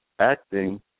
acting